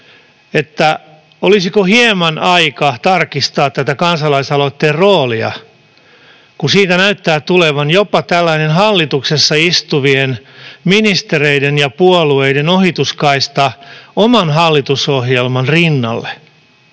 nyt: olisiko aika hieman tarkistaa tätä kansalaisaloitteen roolia, kun siitä näyttää tulevan jopa tällainen hallituksessa istuvien ministereiden ja puolueiden ohituskaista oman hallitusohjelman rinnalle?